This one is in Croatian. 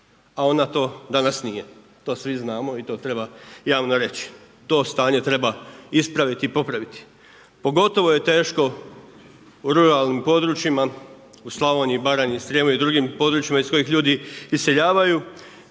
A onda to danas nije, to svi znamo i to treba javno reći. To stanje treba ispraviti i popraviti. Pogotovo je teško u ruralnim područjima, u Slavoniji, Baranji i Srijemu i drugim područjima iz kojih ljudi iseljavaju